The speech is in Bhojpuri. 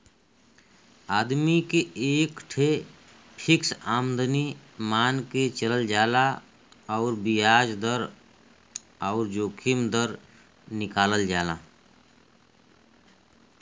आदमी के एक ठे फ़िक्स आमदमी मान के चलल जाला अउर बियाज दर अउर जोखिम दर निकालल जाला